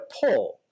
pull